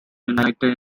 united